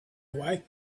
away